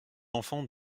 enfant